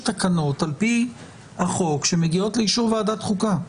תקנות על פי החוק שמגיעות לאישור ועדת החוקה.